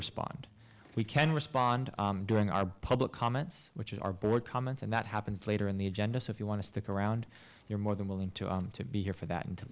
respond we can respond during our public comments which is our board comments and that happens later in the agenda so if you want to stick around you're more than willing to to be here for that